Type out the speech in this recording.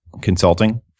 consulting